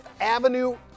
Avenue